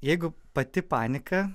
jeigu pati panika